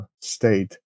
state